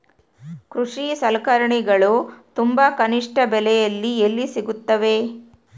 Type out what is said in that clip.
ಕೃಷಿ ಸಲಕರಣಿಗಳು ತುಂಬಾ ಕನಿಷ್ಠ ಬೆಲೆಯಲ್ಲಿ ಎಲ್ಲಿ ಸಿಗುತ್ತವೆ?